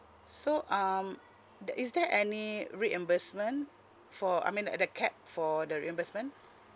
so um there is there any reimbursement for I mean the cap for the reimbursement